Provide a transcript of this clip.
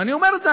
ואני אומר את זה,